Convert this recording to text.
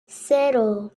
cero